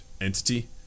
entity